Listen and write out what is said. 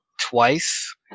twice